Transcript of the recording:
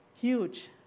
Huge